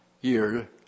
year